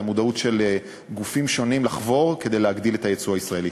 המודעות של גופים שונים ולחבור כדי להגדיל את היצוא הישראלי.